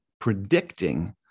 predicting